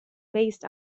based